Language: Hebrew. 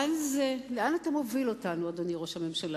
לאן אתה מוביל אותנו, אדוני ראש הממשלה?